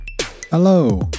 Hello